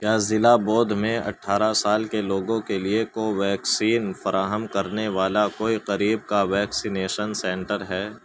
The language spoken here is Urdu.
کیا ضلع بودھ میں اٹھارہ سال کے لوگوں کے لیے کوویکسین فراہم کرنے والا کوئی قریب کا ویکسینیشن سینٹر ہے